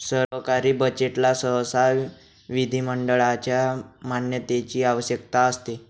सरकारी बजेटला सहसा विधिमंडळाच्या मान्यतेची आवश्यकता असते